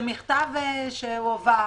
זה מכתב שהועבר.